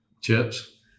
Chips